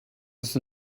ist